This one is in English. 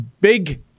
big